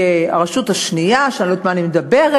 מהרשות השנייה שאני לא יודעת מה אני מדברת,